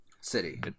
City